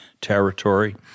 territory